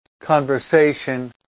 conversation